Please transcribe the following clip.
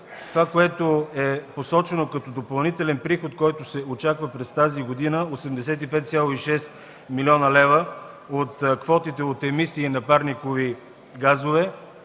това което е посочено като допълнителен приход, който се очаква през тази година – 85,6 млн. лв., от квотите от емисии на парникови газове,